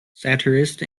satirist